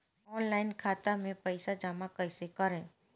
Online खाता मे पईसा जमा कइसे करेम?